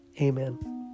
Amen